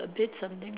a bit something